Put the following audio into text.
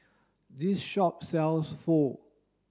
this shop sells Pho